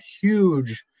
huge